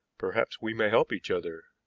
perhaps we may help each other.